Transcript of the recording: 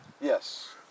Yes